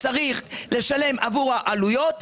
צריך לשלם עבור העלויות,